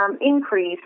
increase